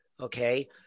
okay